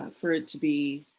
ah for it to be